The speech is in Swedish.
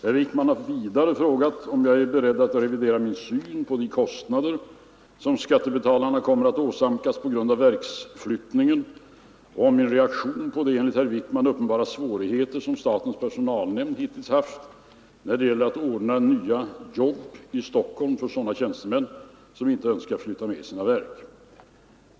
Herr Wijkman har vidare frågat mig om jag är beredd att revidera min syn på de kostnader som skattebetalarna kommer att åsamkas på grund av verksflyttningen och om min reaktion på de enligt herr Wijkman uppenbara svårigheter som statens personalnämnd hittills haft när det gäller att ordna nya jobb i Stockholm för sådana tjänstemän som inte önskar flytta med sina verk.